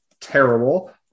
terrible